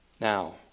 Now